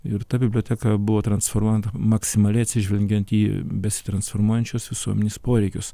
ir ta biblioteka buvo transformuojant maksimaliai atsižvelgiant į besitransformuojančios visuomenės poreikius